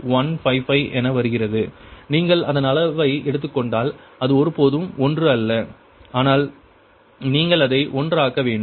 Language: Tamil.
03155 என வருகிறது நீங்கள் அதன் அளவை எடுத்துக் கொண்டால் அது ஒருபோதும் 1 அல்ல ஆனால் நீங்கள் அதை 1 ஆக்க வேண்டும்